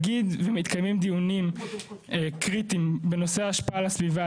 נגיד ומתקיימים דיונים קריטיים בנושא ההשפעה על הסביבה,